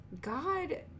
God